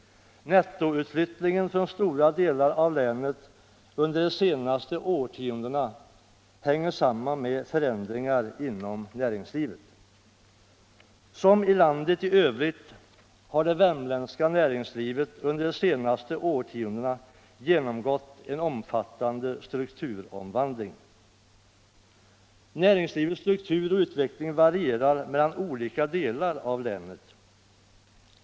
Nettoutflyttningen från stora delar av länet under de senaste årtiondena hänger samman med förändringar inom näringslivet. Som i landet i övrigt har det värmländska näringslivet under de senaste årtiondena genomgått en omfattande strukturomvandling. Näringslivets struktur och utveckling varierar mellan olika delar av länet.